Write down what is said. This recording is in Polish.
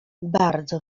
bardzo